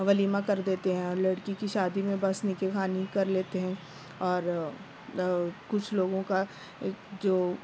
ولیمہ کر دیتے ہیں اور لڑکی کی شادی میں بس نکاح خوانی کر لیتے ہیں اور کچھ لوگوں کا جو